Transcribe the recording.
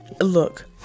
look